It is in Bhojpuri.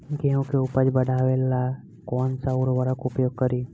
गेहूँ के उपज बढ़ावेला कौन सा उर्वरक उपयोग करीं?